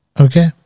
Okay